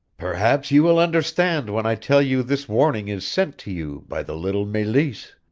perhaps you will understand when i tell you this warning is sent to you by the little meleese.